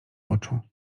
oczu